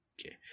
Okay